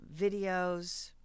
videos